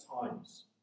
times